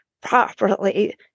properly